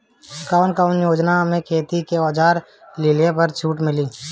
कवन कवन योजना मै खेती के औजार लिहले पर छुट मिली?